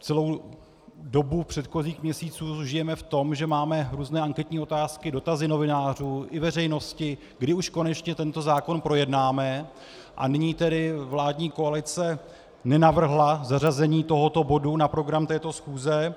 Celou dobu předchozích měsíců žijeme v tom, že máme různé anketní otázky, dotazy novinářů i veřejnosti, kdy už konečně tento zákon projednáme, a nyní tedy vládní koalice nenavrhla zařazení tohoto bodu na program této schůze.